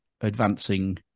advancing